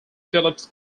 phillips